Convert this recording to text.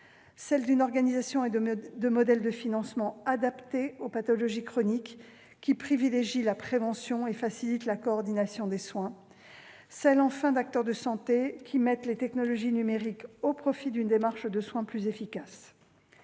soins ; une organisation et des modèles de financement adaptés aux pathologies chroniques, qui privilégient la prévention et facilitent la coordination des soins ; enfin, des acteurs de santé qui mettent les technologies numériques au service d'une démarche de soins plus efficace.